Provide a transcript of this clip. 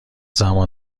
زمان